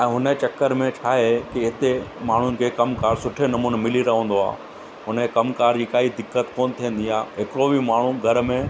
ऐं हुन जे चकर में छा आहे की हिते माण्हुनि खे कमु कारि सुठे नमूने मिली रहंदो आहे हुन जे कम कार जी काई कोन दिक़त थींदी आहे हिकिड़ो बि माण्हू घर में